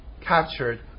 captured